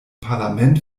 parlament